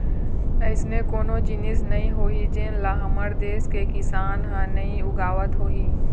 अइसन कोनो जिनिस नइ होही जेन ल हमर देस के किसान ह नइ उगावत होही